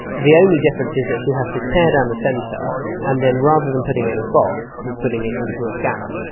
the only difference is that she has to tear down the centre and then rather than putting it in a box she's putting it into a scanner.